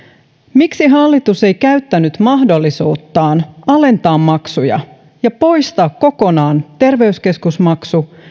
miksi hallitus ei käyttänyt mahdollisuuttaan alentaa maksuja ja poistaa kokonaan terveyskeskusmaksu